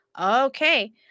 Okay